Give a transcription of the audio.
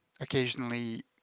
occasionally